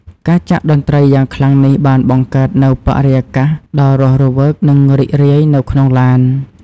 ការចាក់តន្ត្រីយ៉ាងខ្លាំងនេះបានបង្កើតនូវបរិយាកាសដ៏រស់រវើកនិងរីករាយនៅក្នុងឡាន។